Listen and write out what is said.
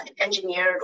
engineered